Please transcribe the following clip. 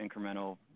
incremental